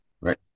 Right